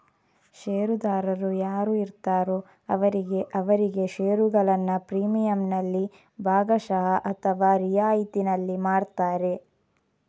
ಷೇರುದಾರರು ಯಾರು ಇರ್ತಾರೋ ಅವರಿಗೆ ಅವರಿಗೆ ಷೇರುಗಳನ್ನ ಪ್ರೀಮಿಯಂನಲ್ಲಿ ಭಾಗಶಃ ಅಥವಾ ರಿಯಾಯಿತಿನಲ್ಲಿ ಮಾರ್ತಾರೆ